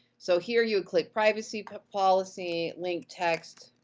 so, here you click privacy but policy, link text,